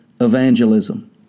evangelism